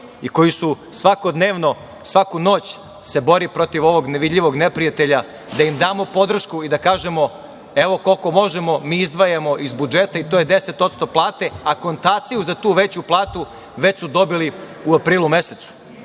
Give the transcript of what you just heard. i koji su svakodnevno svaku noć se bore protiv ovog nevidljivog neprijatelja, da im damo podršku i da kažemo, evo koliko možemo mi izdvajamo iz budžeta i to je 10% plate. Akontacija za tu veću platu već su dobili u aprilu mesecu.